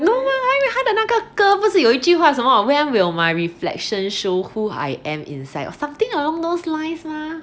no leh 因为他的那个歌不是有一句话什么 when will my reflection show who I am inside or something along those lines mah